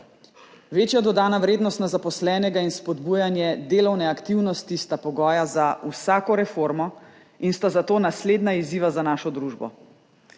Večja dodana vrednost na zaposlenega in spodbujanje delovne aktivnosti sta pogoja za vsako reformo in sta zato naslednja izziva za našo družbo.